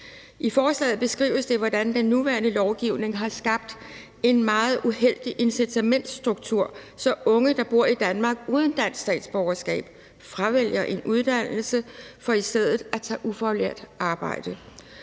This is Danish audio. I forslaget beskrives det, hvordan den nuværende lovgivning har skabt en meget uheldig incitamentsstruktur, så unge, der bor i Danmark uden dansk statsborgerskab, fravælger en uddannelse for i stedet at tage ufaglært arbejde,